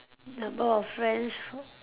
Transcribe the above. number of friends